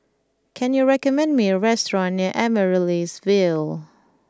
can you recommend me a restaurant near Amaryllis Ville